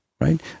right